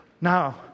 Now